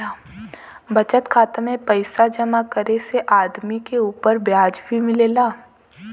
बचत खाता में पइसा जमा करे से आदमी के उपर ब्याज भी मिलेला